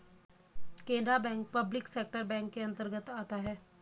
Canara bank public sector bank के अंतर्गत आता है